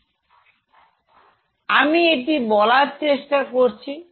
এটি আমি বলার চেষ্টা করছি